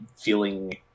feeling